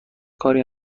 کاری